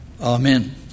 Amen